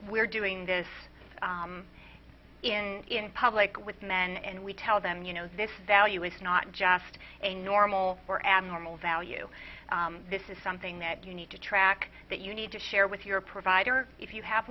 we're doing this in public with men and we tell them you know this value is not just a normal or abnormal value this is something that you need to track that you need to share with your provider if you have